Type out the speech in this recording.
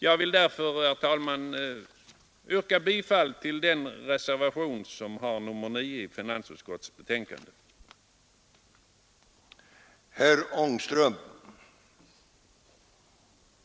Jag vill därför yrka bifall till reservation nr 9 i finansutskottets betänkande nr 40.